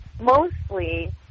mostly